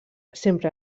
sempre